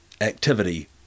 activity